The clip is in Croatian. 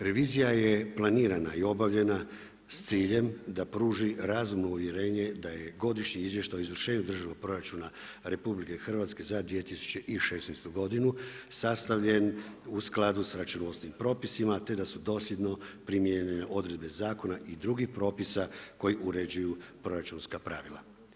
Revizija je planirana i obavljena s ciljem da pruži razumno uvjerenju da je Godišnji izvještaj o izvršenju državnog proračuna RH za 2016. godinu sastavljen u skladu sa računovodstvenim propisima te da su dosljedno primijenjene odredbe zakona i drugih propisa koji uređuju proračunska pravila.